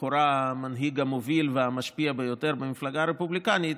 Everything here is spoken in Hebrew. לכאורה המנהיג המוביל והמשפיע ביותר במפלגה הרפובליקנית,